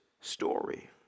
story